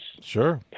sure